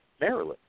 Maryland